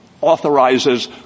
authorizes